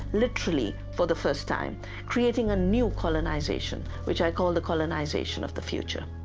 literally, for the first time creating a new colonization, which i call the colonization of the future.